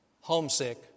homesick